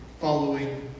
following